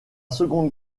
seconde